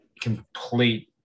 complete